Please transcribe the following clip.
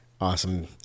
Awesome